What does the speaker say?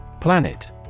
Planet